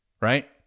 right